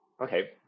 Okay